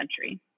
century